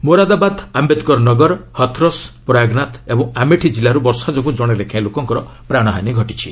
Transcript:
ମୋରାଦାବାଦ ଆୟେଦକର ନଗର ହଥ୍ରସ୍ ପ୍ରୟାଗନାଥ ଓ ଆମେଠି କିଲ୍ଲାରୁ ବର୍ଷା ଯୋଗୁଁ ଜଣେ ଲେଖାଏଁ ଲୋକଙ୍କର ପ୍ରାଣହାନୀ ଘଟିଛି